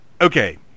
Okay